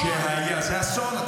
זה אסון, זה אסון נוראי.